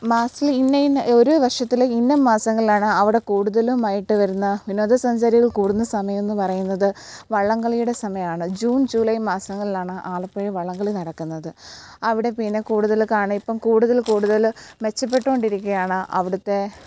മാസത്തിൽ ഇന്നയിന്ന ഒരേ വർഷത്തിൽ ഇന്ന മാസങ്ങളിലാണ് അവിടെ കൂടുതലുമായിട്ട് വരുന്ന വിനോദസഞ്ചാരികൾ കൂടുന്ന സമയമെന്ന് പറയുന്നത് വള്ളം കളിയുടെ സമയമാണ് ജൂൺ ജൂലൈ മാസങ്ങളിലാണ് ആലപ്പുഴ വള്ളംകളി നടക്കുന്നത് അവിടെ പിന്നെ കൂടുതൽ കാണികൾ ഇപ്പം കൂടുതൽ കൂടുതൽ മെച്ചപ്പെട്ടുകൊണ്ടിരിക്കുകയാണ് അവിടുത്തെ